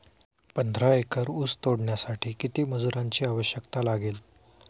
पंधरा एकर ऊस तोडण्यासाठी किती मजुरांची आवश्यकता लागेल?